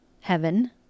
heaven